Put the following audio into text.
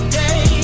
day